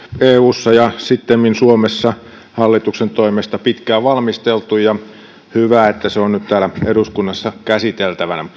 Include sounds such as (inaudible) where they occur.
eussa ja sittemmin suomessa hallituksen toimesta pitkään valmisteltu ja hyvä että se on nyt täällä eduskunnassa käsiteltävänä (unintelligible)